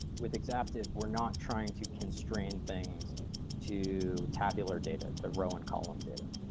with exaptive, we're not trying to constrain things to tabular data, to row and column data.